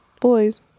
Boys